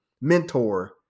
mentor